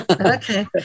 Okay